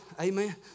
Amen